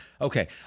Okay